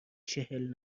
چهل